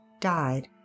died